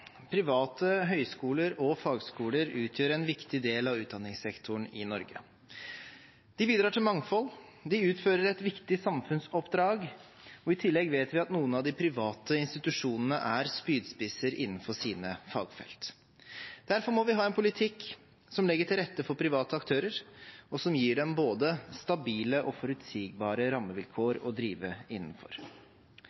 Private høyskoler og fagskoler utgjør en viktig del av utdanningssektoren i Norge. De bidrar til mangfold, de utfører et viktig samfunnsoppdrag, og i tillegg vet vi at noen av de private institusjonene er spydspisser innenfor sine fagfelt. Derfor må vi ha en politikk som legger til rette for private aktører, og som gir dem både stabile og forutsigbare rammevilkår